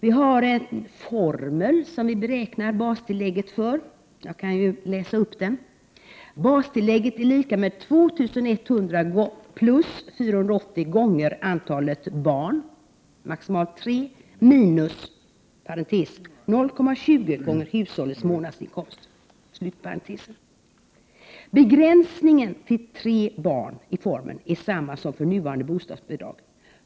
Vi har en formel som vi beräknar bastillägget efter: Begränsningen till tre barn i formeln finns även för nuvarande bostadsbi drag.